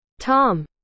Tom